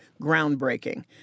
groundbreaking